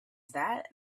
that